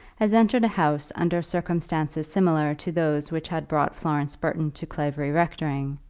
has entered a house under circumstances similar to those which had brought florence burton to clavering rectory,